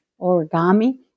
origami